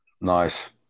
Nice